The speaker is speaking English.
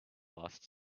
last